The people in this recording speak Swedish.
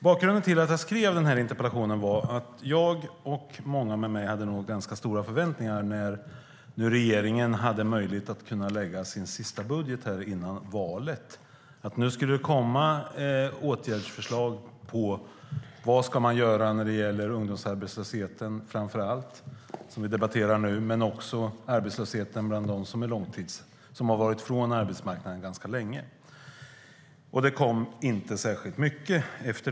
Bakgrunden till att jag skrev interpellationen var att jag och många med mig hade ganska stora förväntningar på att regeringen i sin sista budget före valet skulle komma med förslag till åtgärder mot framför allt ungdomsarbetslösheten, som vi debatterar nu, men också åtgärder för dem som varit ifrån arbetsmarknaden ganska länge. Men det kom inte särskilt mycket.